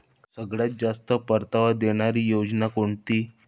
सगळ्यात जास्त परतावा देणारी योजना कोणती?